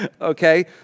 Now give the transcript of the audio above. Okay